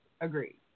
Agreed